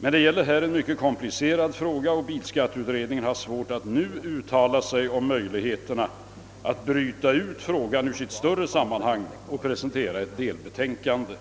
Men det gäller här en mycket komplicerad fråga, och bilskatteutredningen har svårt att nu uttala sig om möjligheterna att bryta ut frågan ur sitt större sammanhang och presentera ett delbetänkande.